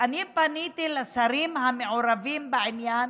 אני פניתי לשרים המעורבים בעניין